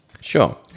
Sure